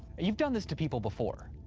you've done this to people before.